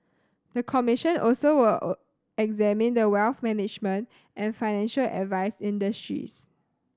the commission also will examine the wealth management and financial advice industries